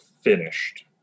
finished